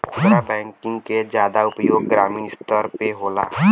खुदरा बैंकिंग के जादा उपयोग ग्रामीन स्तर पे होला